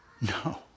no